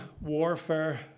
warfare